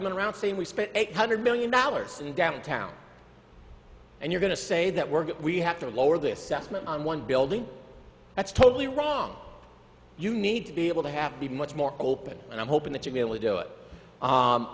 come in around saying we spent eight hundred million dollars in downtown and you're going to say that we're get we have to lower the assessment on one building that's totally wrong you need to be able to have be much more open and i'm hoping that you'll be able to do it